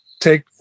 take